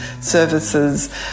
services